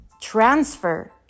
transfer